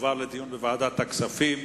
תועבר לדיון בוועדת הכספים.